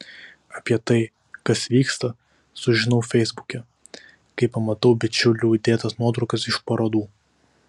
apie tai kas vyksta sužinau feisbuke kai pamatau bičiulių įdėtas nuotraukas iš parodų